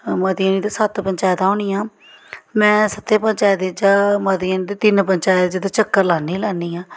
मतियां निं ते सत्त पंचायत होनियां में सत्तें पंचैतं चा मतियां नेईं ते तिन्न पंचैंते च ते चक्कर लान्नी गै लैन्नी आं